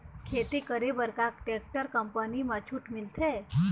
खेती करे बर का टेक्टर कंपनी म छूट मिलथे?